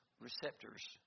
receptors